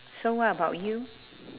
so what about you